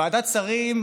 ועדת שרים,